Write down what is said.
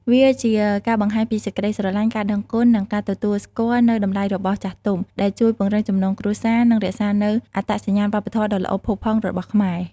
វាជាការបង្ហាញពីសេចក្តីស្រលាញ់ ការដឹងគុណ និងការទទួលស្គាល់នូវតម្លៃរបស់ចាស់ទុំ ដែលជួយពង្រឹងចំណងគ្រួសារ និងរក្សានូវអត្តសញ្ញាណវប្បធម៌ដ៏ល្អផូរផង់របស់ខ្មែរ។